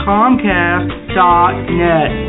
Comcast.net